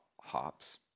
hops